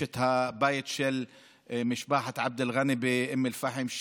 יש את הבית של משפחת עבד אלגאנם באום אל-פחם,